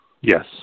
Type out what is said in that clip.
Yes